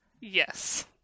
Yes